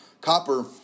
Copper